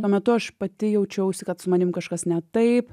tuo metu aš pati jaučiausi kad su manimi kažkas ne taip